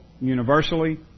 universally